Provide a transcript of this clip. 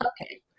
Okay